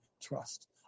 trust